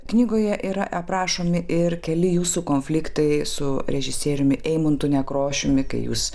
knygoje yra aprašomi ir keli jūsų konfliktai su režisieriumi eimuntu nekrošiumi kai jūs